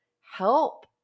help